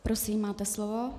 Prosím, máte slovo.